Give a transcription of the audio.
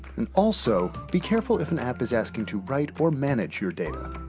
and also be careful if an app is asking to write or manage your data,